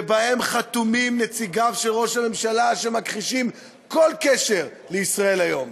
שבהן חתומים נציגיו של ראש הממשלה שמכחישים כל קשר ל"ישראל היום".